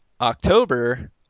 october